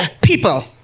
people